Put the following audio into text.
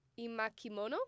imakimono